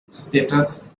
status